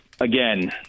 again